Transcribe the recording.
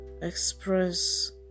express